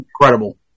Incredible